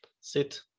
sit